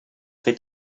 fer